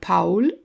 Paul